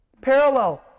parallel